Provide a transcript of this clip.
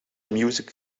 music